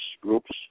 groups